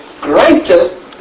greatest